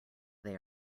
they